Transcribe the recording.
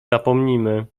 zapomnimy